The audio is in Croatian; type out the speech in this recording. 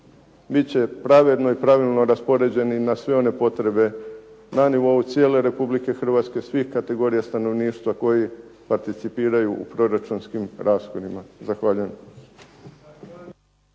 bit će pravedno i pravilno raspoređeni na sve one potrebe na nivou cijele Republike Hrvatske, svih kategorija stanovništva koji participiraju u proračunskim rashodima. Zahvaljujem.